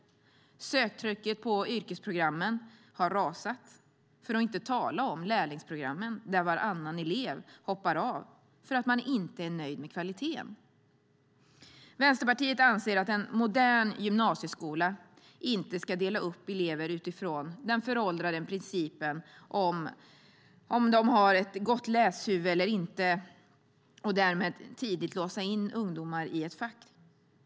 Söktrycket på yrkesprogrammen har rasat, för att nu inte tala om lärlingsprogrammen, där varannan elev hoppar av på grund av missnöje med kvaliteten. Vänsterpartiet anser att en modern gymnasieskola inte ska dela upp elever utifrån den föråldrade principen om de har ett gott läshuvud eller inte och därmed tidigt låsa in ungdomar i ett fack.